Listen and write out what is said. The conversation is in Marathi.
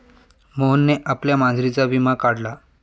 मोहनने आपल्या मांजरीचा विमा काढला